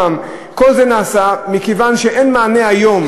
כל זה נעשה מכיוון שאין מענה היום,